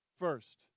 First